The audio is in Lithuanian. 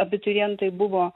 abiturientai buvo